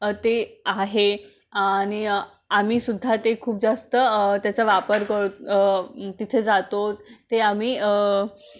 ते आहे आणि आम्ही सुुद्धा ते खूप जास्त त्याचा वापर कर तिथे जातो ते आम्ही